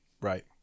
right